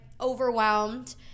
overwhelmed